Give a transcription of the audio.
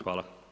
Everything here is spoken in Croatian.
Hvala.